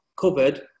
covered